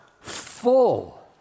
full